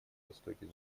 востоке